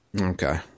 Okay